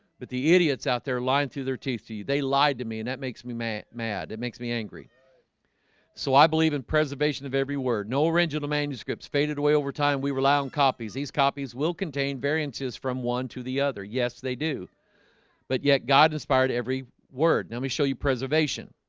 but the idiots out there lying through their teeth to you they lied to me and that makes me mad mad it makes me angry so i believe in preservation of every word no original manuscripts faded away over time. we rely on copies these copies will contain variances from one to the other. yes, they do but yet god inspired every word. let me show you preservation